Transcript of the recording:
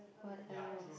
what else